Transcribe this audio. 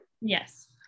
yes